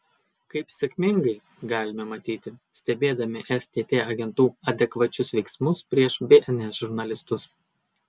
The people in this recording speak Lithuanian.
kaip sėkmingai galime matyti stebėdami stt agentų adekvačius veiksmus prieš bns žurnalistus